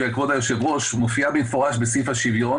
מכיוון שאתה מתייחס לנושא של מיעוטים,